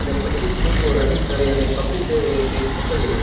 અને પચીસ ફૂટનું રનિંગ કરી અને કપિલ દેવે એ કેચ પકડ્યો